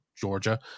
Georgia